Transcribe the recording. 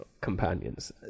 companions